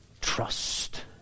trust